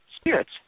spirits